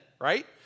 right